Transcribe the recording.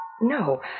No